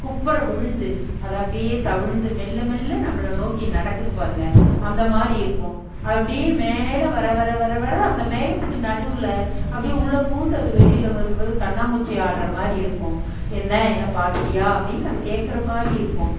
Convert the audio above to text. குப்புற விழுந்து அதை அப்படியே தவழ்ந்து மெல்ல மெல்ல நம்மளை நோக்கி நடக்குதுப் பாருங்கள் அந்த மாதிரி இருக்கும் அப்படியே மேலே வர வர வர வர அந்த மேகத்துக்கு நடுவில் அப்படியே உள்ளே பூந்து அது வெளியில் வரும்போது கண்ணாமூச்சி ஆடுகிற மாதிரி இருக்கும் என்ன என்ன பார்த்துட்டியா அப்படின்னு அது கேட்கற மாதிரி இருக்கும்